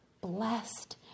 blessed